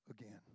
again